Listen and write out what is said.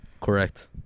Correct